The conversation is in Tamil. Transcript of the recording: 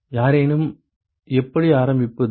யாரேனும் எப்படி ஆரம்பிப்பது